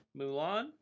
Mulan